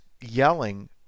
yelling